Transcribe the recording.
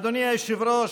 אדוני היושב-ראש,